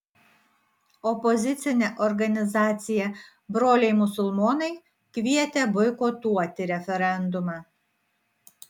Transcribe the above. opozicinė organizacija broliai musulmonai kvietė boikotuoti referendumą